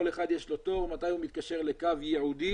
כל אחד יש לו תור מתי הוא מתקשר לקו ייעודי,